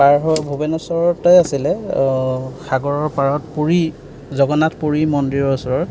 পাৰ হৈ ভূৱেনেশ্বৰতে আছিলে সাগৰৰ পাৰত পুৰী জগন্নাথ পুৰী মন্দিৰৰ ওচৰত